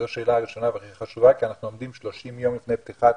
זו שאלה ראשונה והיא חשובה כי אנחנו עומדים 30 יום לפני פתיחת